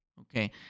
Okay